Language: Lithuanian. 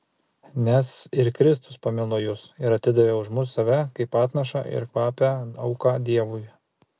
nes ir kristus pamilo jus ir atidavė už mus save kaip atnašą ir kvapią auką dievui